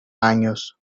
años